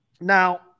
Now